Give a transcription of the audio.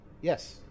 Yes